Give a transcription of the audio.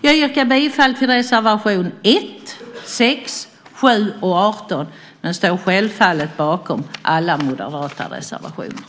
Jag yrkar bifall till reservation 1, 6, 7 och 18, men jag står självfallet bakom alla moderata reservationer.